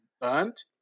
burnt